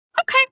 okay